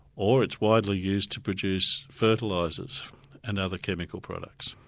or it's widely used to produce fertilisers and other chemical products.